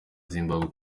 zimbabwe